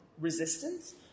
resistance